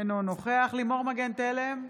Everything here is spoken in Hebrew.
אינו נוכח לימור מגן תלם,